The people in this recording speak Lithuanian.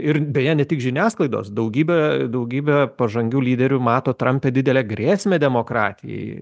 ir beje ne tik žiniasklaidos daugybė daugybė pažangių lyderių mato trampe didelę grėsmę demokratijai